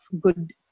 good